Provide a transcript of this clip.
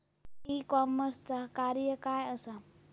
E कॉमर्सचा कार्य काय असा?